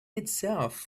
itself